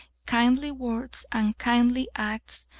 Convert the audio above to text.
kindly words and kindly acts,